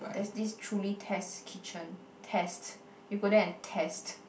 there's this truly test kitchen test you go there and test